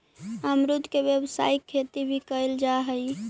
अमरुद के व्यावसायिक खेती भी कयल जा हई